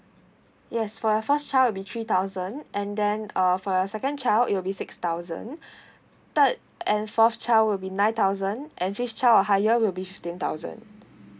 yes for your first child will be three thousand and then uh for your second child it'll be six thousand third and fourth child will be nine thousand and fifth child will higher will be fifteen thousand